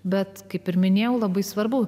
bet kaip ir minėjau labai svarbu